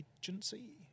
Agency